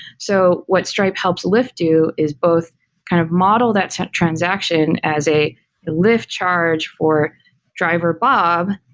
so what stripe helps lyft do is both kind of model that transaction as a lyft charge for driver bob,